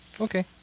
Okay